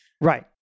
Right